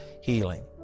healing